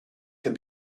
can